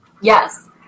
Yes